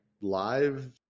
live